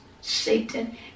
Satan